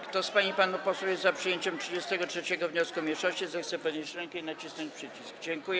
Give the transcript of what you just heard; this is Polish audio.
Kto z pań i panów posłów jest za przyjęciem 33. wniosku mniejszości, zechce podnieść rękę i nacisnąć przycisk.